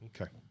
Okay